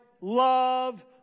love